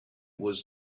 was